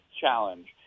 challenge